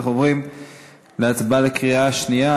אנחנו עוברים להצבעה בקריאה שנייה.